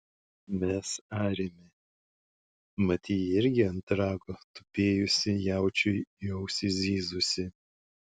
mes arėme mat ji irgi ant rago tupėjusi jaučiui į ausį zyzusi